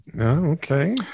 Okay